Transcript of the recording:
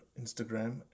instagram